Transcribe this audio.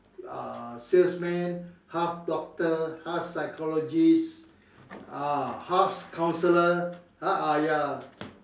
uh salesman half doctor half psychologist uh half counselor !huh! ah ya